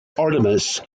artemis